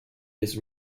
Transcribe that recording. his